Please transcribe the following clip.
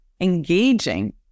engaging